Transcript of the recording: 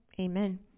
Amen